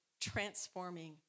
transforming